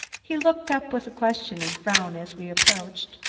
he looked up with a questioning frown as we approached,